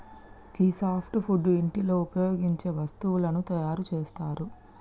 గీ soft wood ఇంటిలో ఉపయోగించే వస్తువులను తయారు చేస్తరు